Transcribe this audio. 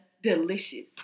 delicious